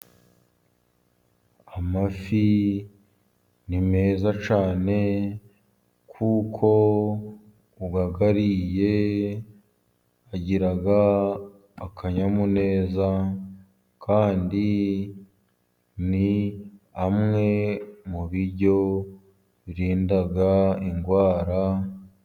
Amafi ni meza cyane kuko uwayariye agira akanyamuneza, kandi ni amwe mu biryo birinda indwara.